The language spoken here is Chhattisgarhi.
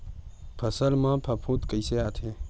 फसल मा फफूंद कइसे आथे?